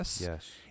yes